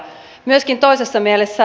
myöskin toisessa mielessä